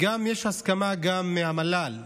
יש הסכמה גם במל"ל.